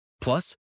Plus